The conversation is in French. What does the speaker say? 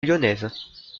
lyonnaise